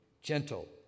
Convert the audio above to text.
gentle